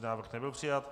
Návrh nebyl přijat.